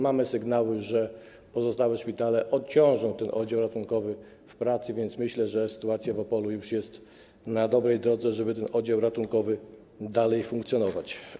Mamy też sygnały, że pozostałe szpitale odciążą ten oddział ratunkowy w pracy, więc myślę, że wszystko w Opolu już jest na dobrej drodze, żeby ten oddział ratunkowy mógł dalej funkcjonować.